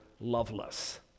loveless